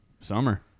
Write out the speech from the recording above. Summer